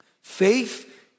Faith